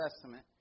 Testament